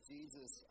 Jesus